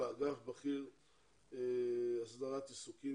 אגף בכיר להסדרת עיסוקים,